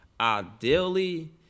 ideally